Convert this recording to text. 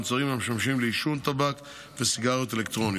מוצרים המשמשים לעישון טבק וסיגריות אלקטרוניות.